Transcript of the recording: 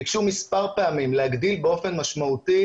ביקשו מספר פעמים להגדיל באופן משמעותי